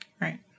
Right